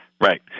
Right